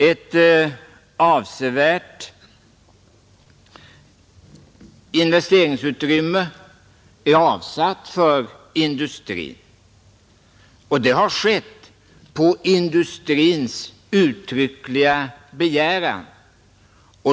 Ett avsevärt investeringsutrymme är avsatt för industrin, och det har skett på industrins uttryckliga begäran.